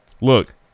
Look